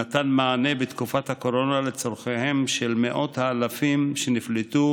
נתן מענה בתקופת הקורונה לצורכיהם של מאות האלפים שנפלטו